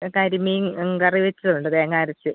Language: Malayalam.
കരിമീൻ കറി വെച്ചതുണ്ട് തേങ്ങ അരച്ച്